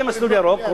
מה זה מסלול ירוק?